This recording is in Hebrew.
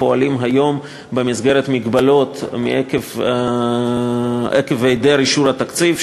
פועלים היום במסגרת מגבלות עקב אי-אישור התקציב,